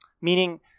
Meaning